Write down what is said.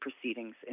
proceedings